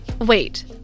Wait